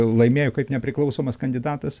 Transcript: laimėjo kaip nepriklausomas kandidatas